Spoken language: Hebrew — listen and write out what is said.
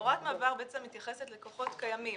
הוראת המעבר בעצם מתייחסת ללקוחות קיימים,